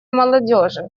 молодежи